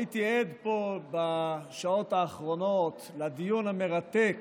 הייתי פה בשעות האחרונות בדיון המרתק